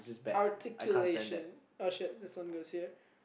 articulation oh shit this one goes here